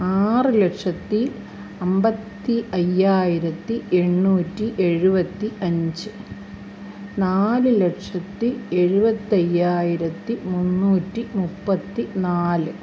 ആറ് ലക്ഷത്തി അമ്പത്തി അയ്യായിരത്തി എണ്ണൂറ്റി എഴുപത്തി അഞ്ച് നാല് ലക്ഷത്തി എഴുവത്തയ്യായിരത്തി മുന്നൂറ്റി മുപ്പത്തി നാല്